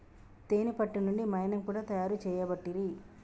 తేనే పట్టు నుండి మైనం కూడా తయారు చేయబట్టిరి